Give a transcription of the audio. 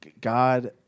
God